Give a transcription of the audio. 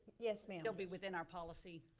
yes ma'am. they'll be within our policy?